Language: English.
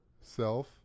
Self